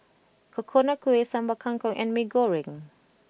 Coconut Kuih Sambal Kangkong and Mee Goreng